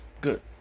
good